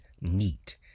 Neat